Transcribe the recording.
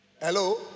Hello